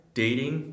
dating